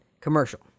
commercial